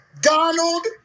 Donald